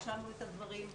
רשמנו את הדברים.